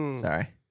Sorry